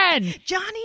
Johnny